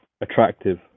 attractive